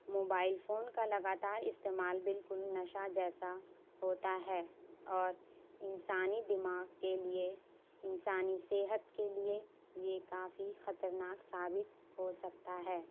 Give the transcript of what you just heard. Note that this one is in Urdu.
موبائل فون کا لگاتار استعمال بالکل نشہ جیسا ہوتا ہے اور انسانی دماغ کے لیے انسانی صحت کے لیے یہ کافی خطرناک ثابت ہو سکتا ہے